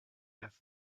have